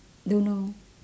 don't know